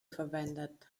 verwendet